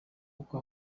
uko